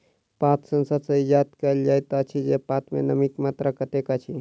पात सेंसर सॅ ई ज्ञात कयल जाइत अछि जे पात मे नमीक मात्रा कतेक अछि